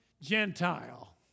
Gentile